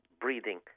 breathing